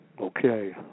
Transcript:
Okay